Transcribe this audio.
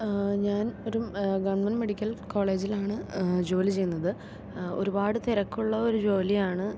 ഞാൻ ഒരു government medical കോളേജിലാണ് ജോലി ചെയ്യുന്നത് ഒരുപാട് തിരക്കുള്ള ഒരു ജോലിയാണ്